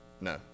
no